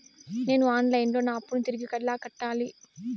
నేను online లో నా అప్పును తిరిగి ఎలా కట్టాలి?